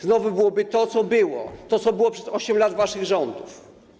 Znowu byłoby to, co było, to, co było przez 8 lat waszych rządów.